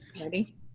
Ready